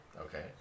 Okay